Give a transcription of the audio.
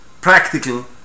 practical